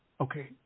Okay